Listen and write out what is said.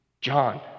John